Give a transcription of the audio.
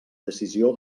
decisió